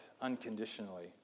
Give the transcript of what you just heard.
unconditionally